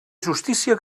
justícia